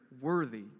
worthy